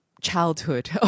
childhood